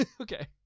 okay